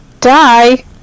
Die